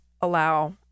allow